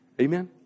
Amen